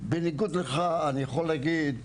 בניגוד לך, אני יכול להגיד,